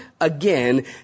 again